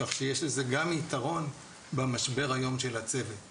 כך שיש לזה גם יתרון במשבר של הצוות היום,